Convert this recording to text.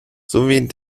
sowie